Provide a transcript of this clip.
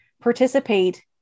participate